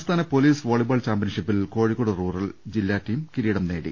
സംസ്ഥാന police volleyball ചാമ്പ്യൻഷിപ്പിൽ Kozhikode rural ജില്ലാ ടീം കിരീടം നേടി